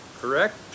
correct